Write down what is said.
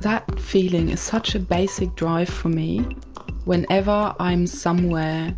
that feeling is such a basic drive for me whenever i'm somewhere